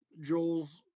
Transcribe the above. Joel's